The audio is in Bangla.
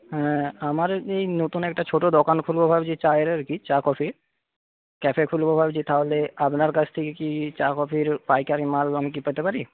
হ্যাঁ আমার এই নতুন একটা ছোটো দোকান খুলবো ভাবছি চায়ের আর কি চা কফির ক্যাফে খুলবো ভাবছি তাহলে আপনার কাছ থেকে কি চা কফির পাইকারি মাল আমি কি পেতে পারি